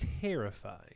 terrifying